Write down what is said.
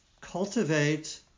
cultivate